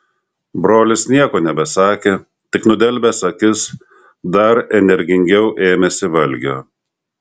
brolis nieko nebesakė tik nudelbęs akis dar energingiau ėmėsi valgio